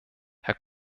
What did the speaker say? herr